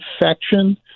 infection